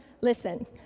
listen